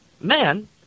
man